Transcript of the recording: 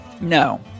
No